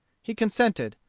he consented.